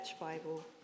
Bible